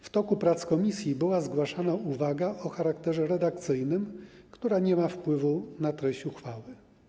W toku prac komisji była zgłaszana uwaga o charakterze redakcyjnym, która nie ma wpływu na treść uchwały.